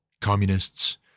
communists